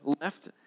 left